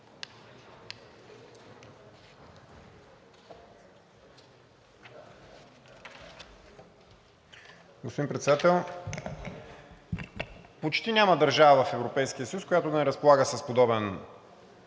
Господин Председател, почти няма държава в Европейския съюз, която да не разполага с подобен